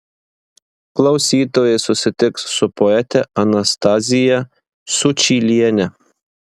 klausytojai susitiks su poete anastazija sučyliene